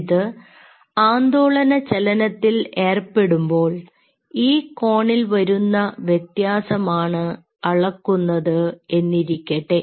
ഇത് ആന്തോളന ചലനത്തിൽ ഏർപ്പെടുമ്പോൾ ഈ കോണിൽ വരുന്ന വ്യത്യാസമാണ് അളക്കുന്നത് എന്നിരിക്കട്ടെ